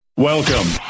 Welcome